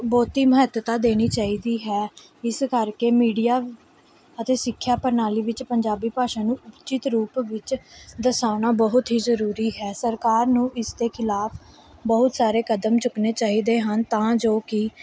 ਬਹੁਤ ਮਹੱਤਤਾ ਦੇਣੀ ਚਾਹੀਦੀ ਹੈ ਇਸ ਕਰਕੇ ਮੀਡੀਆ ਅਤੇ ਸਿੱਖਿਆ ਪ੍ਰਣਾਲੀ ਵਿੱਚ ਪੰਜਾਬੀ ਭਾਸ਼ਾ ਨੂੰ ਉੱਚਿਤ ਰੂਪ ਵਿੱਚ ਦਰਸਾਉਣਾ ਬਹੁਤ ਹੀ ਜ਼ਰੂਰੀ ਹੈ ਸਰਕਾਰ ਨੂੰ ਇਸ ਦੇ ਖਿਲਾਫ ਬਹੁਤ ਸਾਰੇ ਕਦਮ ਚੁੱਕਣੇ ਚਾਹੀਦੇ ਹਨ ਤਾਂ ਜੋ ਕਿ